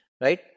right